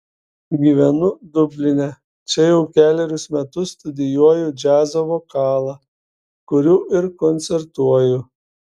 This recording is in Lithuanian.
gyvenu dubline čia jau kelerius metus studijuoju džiazo vokalą kuriu ir koncertuoju